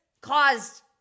caused